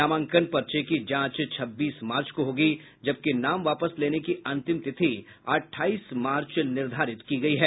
नामांकन पर्चे की जांच छब्बीस मार्च को होगी जबकि नाम वापस लेने की अंतिम तिथि अठाईस मार्च निर्धारित की गई है